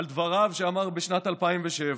על דבריו שאמר בשנת 2007: